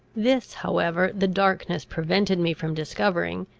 this however the darkness prevented me from discovering,